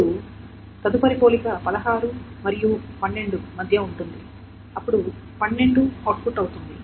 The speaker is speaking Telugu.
ఇప్పుడు తదుపరి పోలిక 16 మరియు 12 మధ్య ఉంటుంది మరియు 12 అవుట్పుట్ అవుతుంది